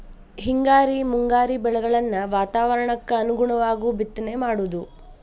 ಹಿಂಗಾರಿ ಮುಂಗಾರಿ ಬೆಳೆಗಳನ್ನ ವಾತಾವರಣಕ್ಕ ಅನುಗುಣವಾಗು ಬಿತ್ತನೆ ಮಾಡುದು